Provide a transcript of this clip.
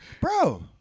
Bro